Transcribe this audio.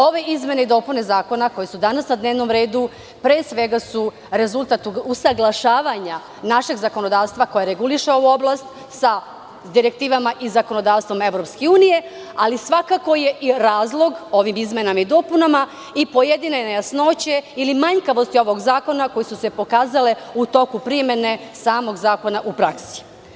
Ove izmene i dopune zakona koje su danas na dnevnom redu pre svega su rezultat usaglašavanja našeg zakonodavstva koje reguliše ovu oblast sa direktivama i zakonodavstvom EU, ali svakako je i razlog ovih izmena i dopuna i pojedine nejasnoće ili manjkavosti ovog zakona koje su se pokazale u toku primene samog zakona u praksi.